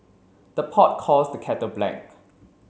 the pot calls the kettle black